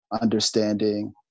understanding